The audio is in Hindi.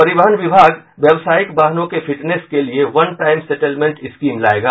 परिवहन विभाग व्यावसायिक वाहनों के फिटनेस के लिये वन टाइम सेटेलमेंट स्कीम लायेगा